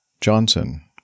johnson